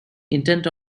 intent